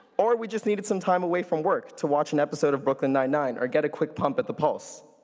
or we just needed some time away from work to watch an episode of brooklyn nine-nine or a get a quick pump at the pulse.